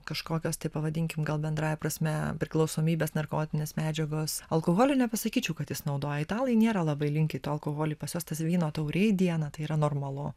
kažkokios taip pavadinkim gal bendrąja prasme priklausomybės narkotinės medžiagos alkoholio nepasakyčiau kad jis naudoja italai nėra labai linkę į tą alkoholį pas juos tas vyno taurė į dieną tai yra normalu